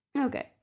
okay